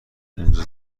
اونجا